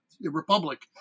Republic